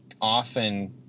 often